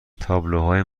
تابلوهای